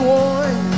one